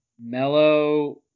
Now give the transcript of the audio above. mellow